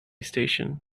station